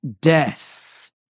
death